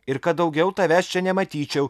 ir kad daugiau tavęs čia nematyčiau